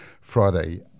Friday